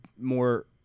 more